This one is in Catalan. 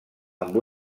amb